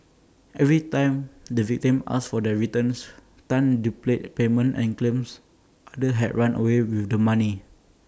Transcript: every time the victims asked for their returns Tan do play A payment and claims others had run away with the money